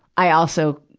i also,